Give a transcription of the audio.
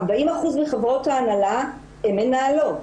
40% מחברות ההנהלה הן מנהלות,